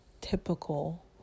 typical